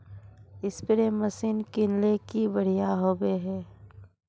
Spray machine किनले की बढ़िया होबवे?